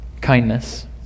Kindness